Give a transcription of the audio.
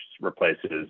replaces